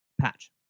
Patch